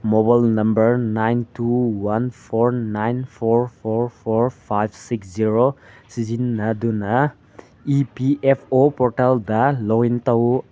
mobile number nine two one four nine four four four five six zero ꯁꯤꯖꯤꯟꯅꯗꯨꯅ E P F O ꯄꯣꯔꯇꯦꯜꯗ login ꯇꯧ